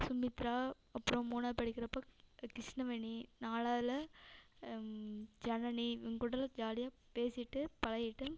சுமித்ரா அப்புறம் மூணாவது படிக்கிறப்போ கிருஷ்ணவேணி நாலாவதுல ஜனனி இவங்க கூடலாம் ஜாலியாக பேசிகிட்டு பழகிட்டு